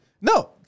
No